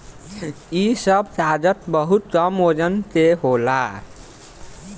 इ सब कागज बहुत कम वजन के होला